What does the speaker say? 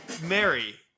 Mary